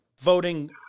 voting